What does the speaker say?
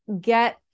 get